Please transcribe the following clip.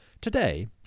Today